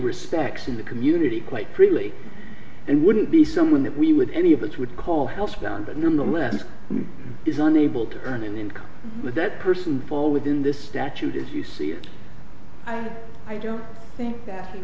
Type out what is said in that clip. respects in the community quite freely and wouldn't be someone that we would any of us would call helstone but nonetheless is unable to earn an income with that person to fall within the statute as you see it i don't think that